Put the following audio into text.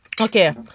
Okay